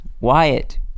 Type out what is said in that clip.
wyatt